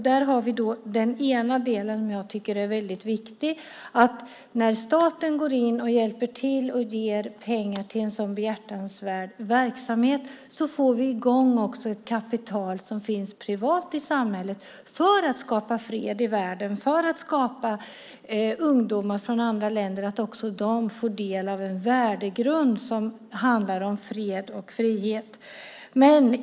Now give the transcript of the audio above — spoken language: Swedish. Där har vi den ena delen som jag tycker är väldigt viktig, att när staten går in och hjälper till och ger pengar till en så behjärtansvärd verksamhet får vi i gång också ett kapital som finns privat i samhället för att skapa fred i världen, för att ungdomar från andra länder också ska få del av den värdegrund som handlar om fred och frihet.